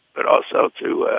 but also to.